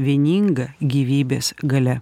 vieninga gyvybės galia